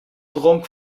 dronk